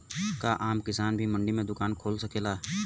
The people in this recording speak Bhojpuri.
का आम किसान भी मंडी में दुकान खोल सकेला?